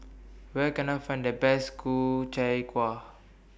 Where Can I Find The Best Ku Chai Kueh